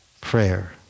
prayer